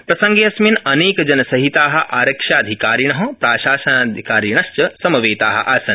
प्रसंगेऽस्मिन् अनेकजनसहिता आरक्ष्याधिकारिण प्राशासनिकाधिकारिणथ्व समवेता आसन्